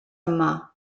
yma